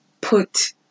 put